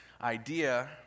idea